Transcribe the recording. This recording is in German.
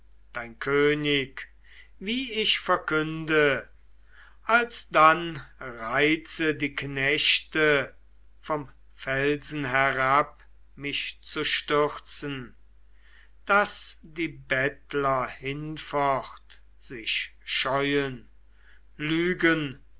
dein könig wie ich verkünde alsdann reize die knechte vom felsen herab mich zu stürzen daß die bettler hinfort sich scheuen lügen